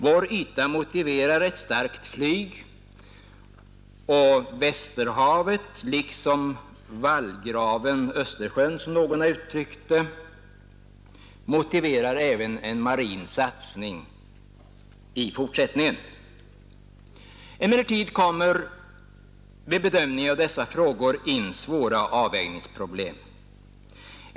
Vårt lands stora yta motiverar ett starkt flyg och Västerhavet liksom ”vallgraven Östersjön”, som någon har uttryckt det, motiverar en marin satsning även i fortsättningen. Emellertid kommer vid bedömningen av dessa frågor in svåra avvägningsproblem.